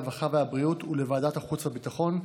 הרווחה והבריאות ולוועדת החוץ והביטחון,